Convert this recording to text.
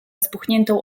spuchniętą